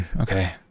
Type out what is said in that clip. okay